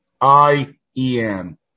I-E-N